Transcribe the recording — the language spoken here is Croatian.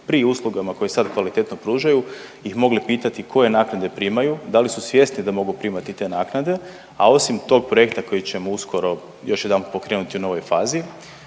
pri uslugama koje i sad kvalitetno pružaju ih mogli pitati koje naknade primaju, da li su svjesni da mogu primati te naknade, a osim tog projekta koji ćemo uskoro još jedanput pokrenuti u novoj fazi,